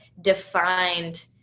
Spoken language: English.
defined